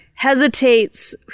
hesitates